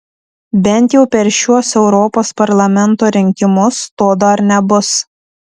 bent jau per šiuos europos parlamento rinkimus to dar nebus